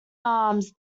arms